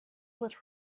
with